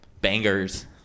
Bangers